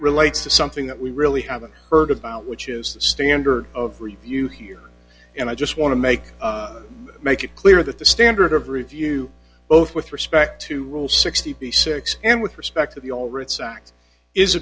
relates to something that we really haven't heard about which is the standard of review here and i just want to make make it clear that the standard of review both with respect to rule sixty six dollars and with respect to the